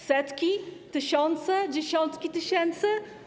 Setki, tysiące, dziesiątki tysięcy?